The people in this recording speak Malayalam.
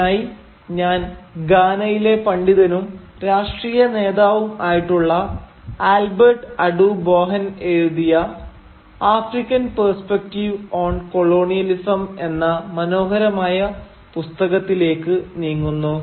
ഇതിനായി ഞാൻ ഘാനയിലെ പണ്ഡിതനും രാഷ്ട്രീയ നേതാവും ആയിട്ടുള്ള ആൽബർട്ട് അഡു ബോഹാൻ എഴുതിയ 'ആഫ്രിക്കൻ പെർസ്പെക്റ്റീവ്സ് ഓൺ കോളനിയലിസം' എന്ന മനോഹരമായ പുസ്തകത്തിലേക്ക് നീങ്ങുന്നു